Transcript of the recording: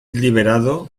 liberado